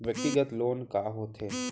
व्यक्तिगत लोन का होथे?